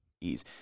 ease